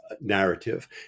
narrative